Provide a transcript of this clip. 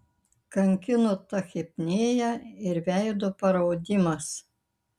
kankino tachipnėja ir veido paraudimas